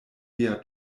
via